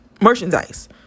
merchandise